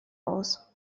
aus